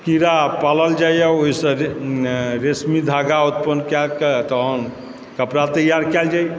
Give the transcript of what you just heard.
कीड़ा पालल जाइए ओहिसँ जे रेसमी धागा उत्पन्न कएकऽ तखन कपड़ा तैआर कयल जाइए